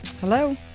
hello